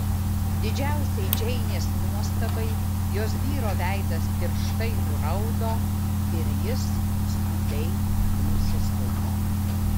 didžiausiai džeinės nuostabai jos vyro veidas tirštai nuraudo ir jis skubiai nusisuko